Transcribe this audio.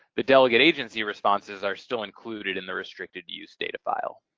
the delegate agency responses are still included in the restricted-use data file.